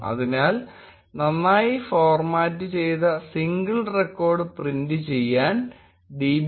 അതിനാൽ നന്നായി ഫോർമാറ്റ് ചെയ്ത സിംഗിൾ റെക്കോർഡ് പ്രിന്റ് ചെയ്യാൻ db